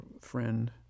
friend